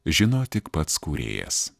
žino tik pats kūrėjas